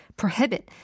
prohibit